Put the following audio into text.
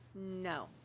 No